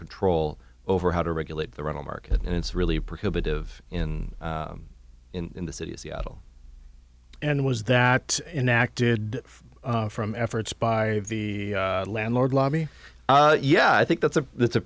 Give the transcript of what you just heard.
control over how to regulate the rental market and it's really a prohibited of in in the city of seattle and was that enacted from efforts by the landlord lobby yeah i think that's a that's a